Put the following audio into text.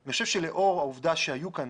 אני חושב שלאור העובדה שהיו כאן